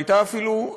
והייתה אפילו,